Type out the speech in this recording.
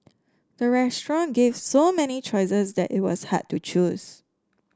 the restaurant gave so many choices that it was hard to choose